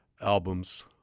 albums